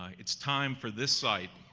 ah it's time for this site